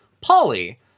Polly